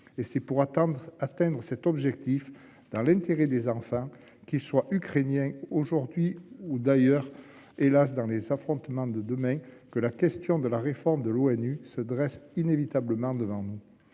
C'est pour atteindre cet objectif, dans l'intérêt des enfants, qu'ils soient ukrainiens aujourd'hui ou d'une autre nationalité dans les affrontements de demain, que la question de la réforme de l'ONU se pose inévitablement à nous.